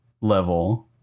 level